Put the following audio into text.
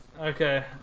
Okay